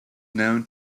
known